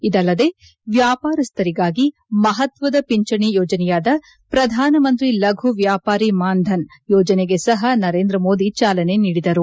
ಇದಲ್ಲದೇ ವ್ಯಾಪಾರಸ್ತರಿಗಾಗಿ ಮಹತ್ವದ ಪಿಂಚಣಿ ಯೋಜನೆಯಾದ ಪ್ರಧಾನ ಮಂತ್ರಿ ಲಘು ವ್ಯಾಪಾರಿ ಮಾನ್ಧನ್ ಯೋಜನೆಗೆ ಸಹ ನರೇಂದ್ರ ಮೋದಿ ಚಾಲನೆ ನೀಡಿದರು